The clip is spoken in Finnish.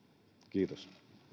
kiitos